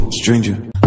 Stranger